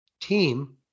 team